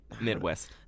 Midwest